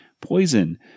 poison